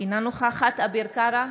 אינה נוכחת אביר קארה,